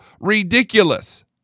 ridiculous